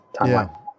timeline